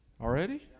already